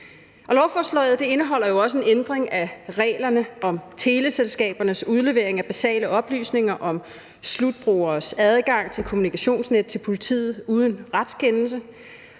Lovforslaget indeholder jo også en ændring af reglerne om teleselskabernes udlevering af basale oplysninger om slutbrugeres adgang til kommunikationsnet til politiet uden retskendelse.